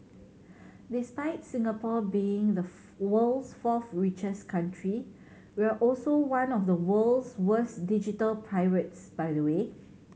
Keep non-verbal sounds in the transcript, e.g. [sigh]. despite Singapore being the [noise] world's fourth richest country we're also one of the world's worst digital pirates by the way